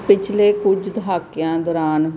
ਪਿਛਲੇ ਕੁਝ ਦਹਾਕਿਆਂ ਦੌਰਾਨ